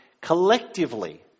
collectively